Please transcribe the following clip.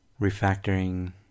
refactoring